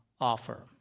offer